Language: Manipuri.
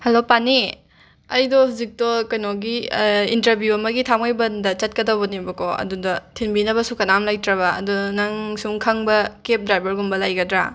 ꯍꯜꯂꯣ ꯄꯥꯅꯤ ꯑꯩꯗꯣ ꯍꯧꯖꯤꯛꯇꯣ ꯀꯩꯅꯣꯒꯤ ꯏꯟꯇ꯭ꯔꯕ꯭ꯌꯨ ꯑꯃꯒꯤ ꯊꯥꯡꯃꯩꯕꯟꯗ ꯆꯠꯀꯗꯕꯅꯦꯕꯀꯣ ꯑꯗꯨꯗ ꯊꯤꯟꯕꯤꯅꯕꯁꯨ ꯀꯅꯥꯝ ꯂꯩꯇ꯭ꯔꯕ ꯑꯗꯨ ꯅꯪ ꯁꯨꯝ ꯈꯪꯕ ꯀꯦꯞ ꯗ꯭ꯔꯥꯏꯕꯔꯒꯨꯝꯕ ꯂꯩꯒꯗ꯭ꯔꯥ